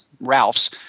Ralph's